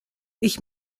ich